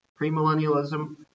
premillennialism